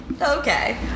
okay